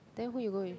then who you go with